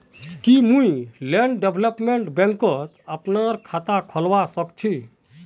की मुई land development बैंकत अपनार खाता खोलवा स ख छी?